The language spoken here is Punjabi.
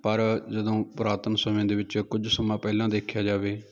ਪਰ ਜਦੋਂ ਪੁਰਾਤਨ ਸਮੇਂ ਦੇ ਵਿੱਚ ਕੁਝ ਸਮਾਂ ਪਹਿਲਾਂ ਦੇਖਿਆ ਜਾਵੇ